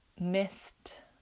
missed